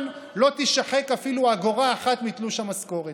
לא תישחק אפילו אגורה אחת מתלוש המשכורת.